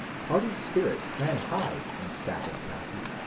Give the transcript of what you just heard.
party spirit ran high in stafford county,